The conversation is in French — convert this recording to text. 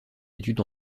études